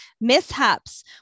mishaps